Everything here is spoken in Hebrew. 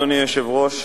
אדוני היושב-ראש,